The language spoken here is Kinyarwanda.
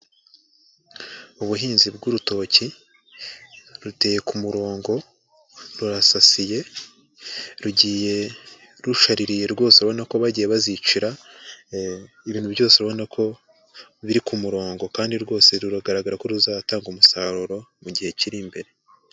Ubuhinzi bw'urutoki, ruteye ku murongo, rurasasiye, rugiye rushaririye rwose urabona ko bagiye bazicira, ibintu byose ubona ko biri ku murongo, kandi rwose rugaragara ko ruzatanga umusaruro mu gihe kiri imbere.